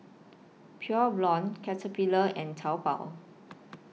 Pure Blonde Caterpillar and Taobao